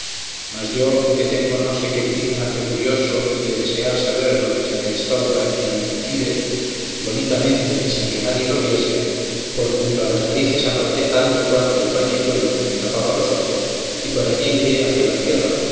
mas yo que tengo no sé qué briznas de curioso y de desear saber lo que se me estorba y impide bonitamente y sin que nadie lo viese por junto a las narices aparté tanto cuanto el pañizuelo que me tapaba los ojos y por allí miré hacia la tierra